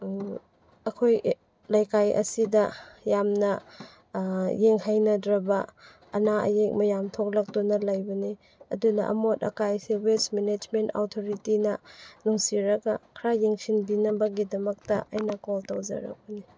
ꯑꯩꯈꯣꯏ ꯂꯩꯀꯥꯏ ꯑꯁꯤꯗ ꯌꯥꯝꯅ ꯌꯦꯡꯍꯩꯅꯗ꯭ꯔꯕ ꯑꯅꯥ ꯑꯌꯦꯛ ꯃꯌꯥꯝ ꯊꯣꯛꯂꯛꯇꯨꯅ ꯂꯩꯕꯅꯤ ꯑꯗꯨꯅ ꯑꯃꯣꯠ ꯑꯀꯥꯏ ꯑꯁꯦ ꯋꯦꯁ ꯃꯦꯅꯦꯖꯃꯦꯟ ꯑꯣꯊꯣꯔꯤꯇꯤꯅ ꯅꯨꯡꯁꯤꯔꯒ ꯈꯔ ꯌꯦꯡꯁꯤꯟꯕꯤꯅꯕꯒꯤꯗꯃꯛꯇ ꯑꯩꯅ ꯀꯣꯜ ꯇꯧꯖꯔꯛꯄꯅꯤ